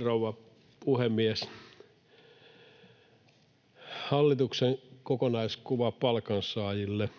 rouva puhemies! Hallituksen kokonaiskuva palkansaajille